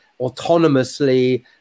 autonomously